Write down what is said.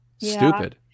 Stupid